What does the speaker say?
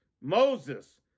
Moses